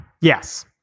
Yes